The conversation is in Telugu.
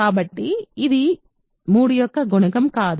కాబట్టి ఇది 3 యొక్క గుణకం కాదు